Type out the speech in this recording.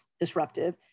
disruptive